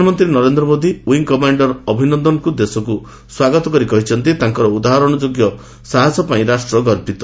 ପ୍ରଧାନମନ୍ତ୍ରୀ Narendra Modi wing commander ଅଭିନନ୍ଦନଙ୍କୁ ଦେଶକୁ ସ୍ୱାଗତ କରି କହିଛନ୍ତି ତାଙ୍କର ଉଦାହରଣଯୋଗ୍ୟ ସାହସପାଇଁ ରାଷ୍ଟ୍ର ଗର୍ବିତ